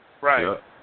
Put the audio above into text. Right